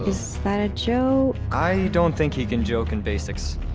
is that a joke? i don't think he can joke in basics.